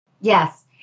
Yes